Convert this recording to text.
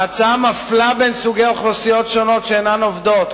ההצעה מפלה בין סוגי אוכלוסיות שונות שאינן עובדות,